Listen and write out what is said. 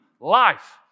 life